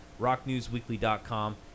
rocknewsweekly.com